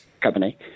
company